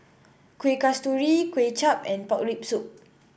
Kuih Kasturi Kway Chap and Pork Rib Soup